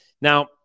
Now